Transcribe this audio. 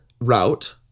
route